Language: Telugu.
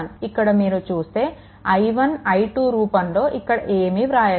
ఇక్కడ మీరు చూస్తే i1 i2 రూపంలో ఇక్కడ ఏమి వ్రాయలేదు